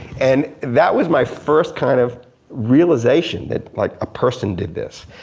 and that was my first kind of realization that like a person did this.